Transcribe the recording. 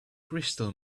crystal